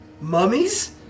Mummies